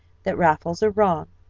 that raffles are wrong,